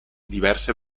diverse